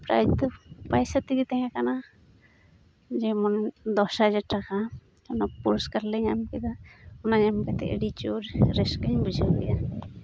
prize ᱫᱚ ᱯᱟᱭᱥᱟ ᱛᱮᱜᱮ ᱛᱟᱦᱮᱸ ᱠᱟᱱᱟ ᱡᱮᱢᱚᱱ ᱫᱚᱥ ᱦᱟᱡᱟᱨ ᱴᱟᱠᱟ ᱚᱱᱟ ᱯᱩᱨᱚᱥᱠᱟᱨ ᱞᱮ ᱧᱟᱢ ᱠᱮᱫᱟ ᱚᱱᱟ ᱧᱟᱢ ᱠᱟᱛᱮ ᱟᱹᱰᱤ ᱡᱳᱨ ᱟᱹᱥᱠᱟᱹᱧ ᱵᱩᱡᱷᱟᱹᱣ ᱠᱮᱜᱼᱟ